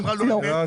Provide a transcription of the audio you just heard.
לא.